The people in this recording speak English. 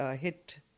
hit